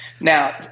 now